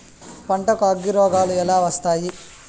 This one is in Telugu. పంటకు అగ్గిరోగాలు ఎలా వస్తాయి?